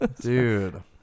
Dude